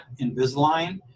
Invisalign